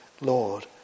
Lord